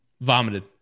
Vomited